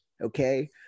okay